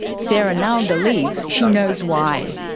sarah now believes she knows why.